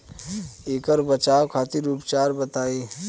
ऐकर बचाव खातिर उपचार बताई?